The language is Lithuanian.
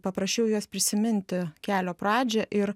paprašiau juos prisiminti kelio pradžią ir